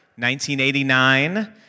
1989